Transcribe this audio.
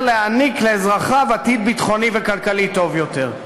להעניק לאזרחיו עתיד ביטחוני וכלכלי טוב יותר.